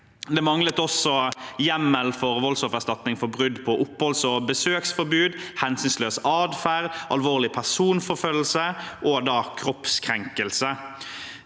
Det manglet også hjemmel for voldsoffererstatning for brudd på oppholds- og besøksforbud, hensynsløs atferd, alvorlig personforfølgelse og kroppskrenkelse.